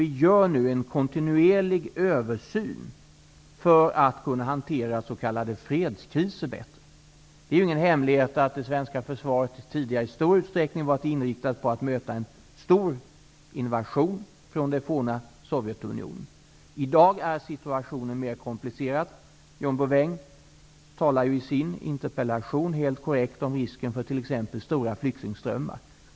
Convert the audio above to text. Vi gör nu en kontinuerlig översyn för att bättre kunna hantera s.k. fredskriser. Det är ingen hemlighet att det svenska försvaret tidigare i stor utsträckning har varit inriktat på att möta en stor invasion från det forna Sovjetunionen. I dag är situationen mer komplicerad. John Bouvin talar i sin interpellation helt korrekt om risken för t.ex. stora flyktingströmmar.